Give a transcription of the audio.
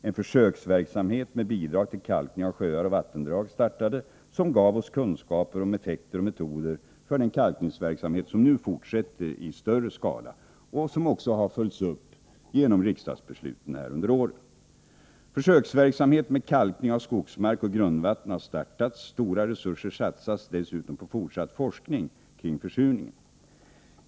En försöksverksamhet med bidrag till kalkning av sjöar och vattendrag startades, och den gav oss kunskaper om effekter av och metoder för den kalkningsverksamhet som nu fortsätter i större skala och som också har följts upp genom riksdagsbeslut under åren. startats. Stora resurser satsas dessutom på fortsatt forskning kring försurningen.